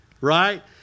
right